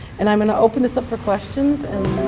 and i'm going to open this up for questions.